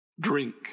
Drink